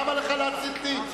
למה לך להצית לי?